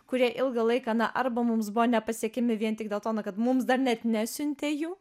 kurie ilgą laiką na arba mums buvo nepasiekiami vien tik dėl to na kad mums dar net nesiuntė jų